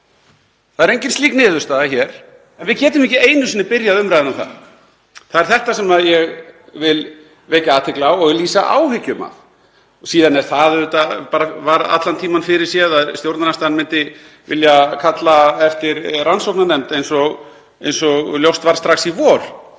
Það er engin slík niðurstaða hér en við getum ekki einu sinni byrjað umræðuna þar. Það er þetta sem ég vil vekja athygli á og lýsa áhyggjum af. Síðan var það allan tímann fyrirséð að stjórnarandstaðan myndi vilja kalla eftir rannsóknarnefnd, eins og ljóst var strax í vor.